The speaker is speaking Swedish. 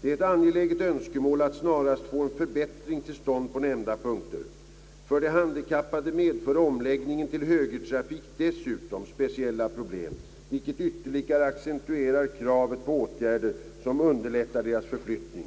Det är ett angeläget önskemål att snarast få en förbättring till stånd på nämnda punkter. För de handikappade medför omläggningen till högertrafik dessutom speciella problem, vilket ytterligare accentuerar kravet på åtgärder, som underlättar deras förflyttning.